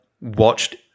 watched